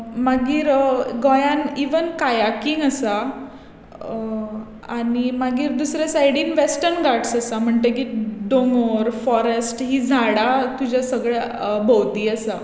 मागीर गोंयांत even kayaking आसा आनी मागीर दुसरे सायडीन वॅस्टर्न गाट्स आसा म्हणटकीर दोंगर फोरस्ट हीं झाडां तुज्या भोंवतणी आसा